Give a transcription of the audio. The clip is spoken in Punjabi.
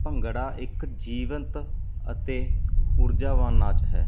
ਭੰਗੜਾ ਇੱਕ ਜੀਵੰਤ ਅਤੇ ਊਰਜਾਵਾਨ ਨਾਚ ਹੈ